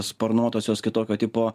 sparnuotosios kitokio tipo